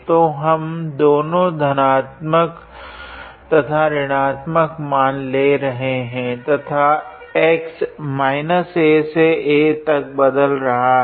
तो हम दोनों धनात्मक तथा ऋणात्मक मान ले रहे है तथा x -a से a तक बदल रहा है